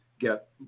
get